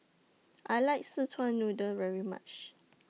I like Szechuan Noodle very much